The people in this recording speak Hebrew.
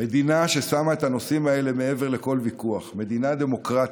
מדינה ששמה את הנושאים האלה מעבר לכל ויכוח; מדינה דמוקרטית,